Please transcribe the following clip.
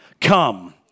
come